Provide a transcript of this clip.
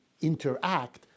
interact